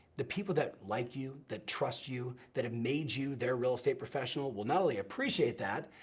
the people that like you, that trust you, that made you their real estate professional, will not only appreciate that,